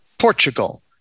Portugal